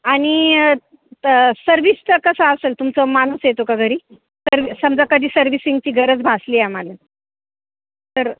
आणि तर सर्विसचं कसं असेल तुमचं माणूस येतो का घरी सर्वी समजा कधी सर्व्हिसिंगची गरज भासली आम्हाला तर